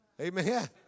Amen